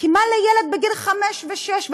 כי מה לילד בגיל חמש ושש,